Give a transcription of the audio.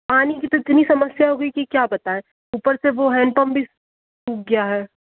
पानी की तो इतनी समस्या हो गई कि क्या बताएं ऊपर से वो हैंडपंप भी सूख गया है